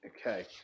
Okay